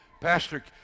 Pastor